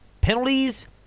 Penalties